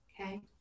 Okay